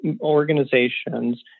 organizations